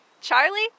Charlie